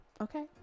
Okay